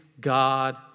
God